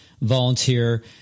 volunteer